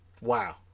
wow